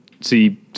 see